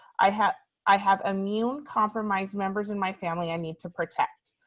i have i have immune compromised members in my family i need to protect,